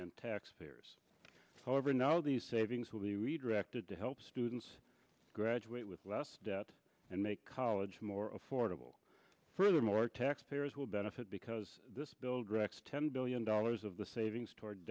and taxpayers however now the savings will be redirected to help students graduate with less debt and make college more affordable furthermore taxpayers will benefit because this bill directs ten billion dollars of the savings toward